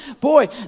boy